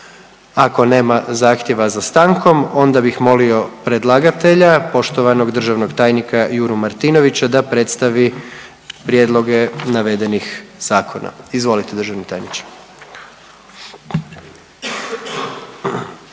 Ako nema zahtjeva za stankom onda bih molio predlagatelja, poštovanog državnog tajnika Juru Martinovića da predstavi prijedloge navedenih zakona. Izvolite državni tajniče.